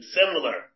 similar